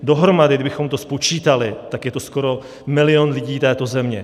Dohromady, kdybychom to spočítali, je to skoro milion lidí této země.